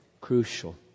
crucial